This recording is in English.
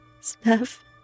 Steph